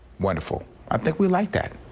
wonderful i think we like that.